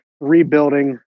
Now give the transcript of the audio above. rebuilding